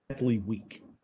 weak